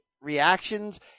reactions